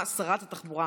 שרת התחבורה